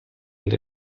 alle